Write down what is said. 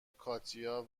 کاتیا